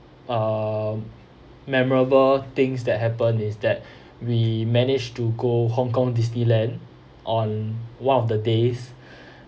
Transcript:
err memorable things that happen is that we managed to go hong kong disneyland on one of the days